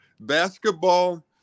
Basketball